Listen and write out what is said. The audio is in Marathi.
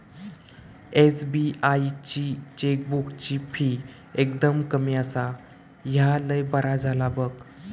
एस.बी.आई ची चेकबुकाची फी एकदम कमी आसा, ह्या लय बरा झाला बघ